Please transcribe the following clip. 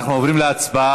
אנחנו עוברים להצבעה.